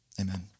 Amen